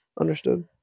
Understood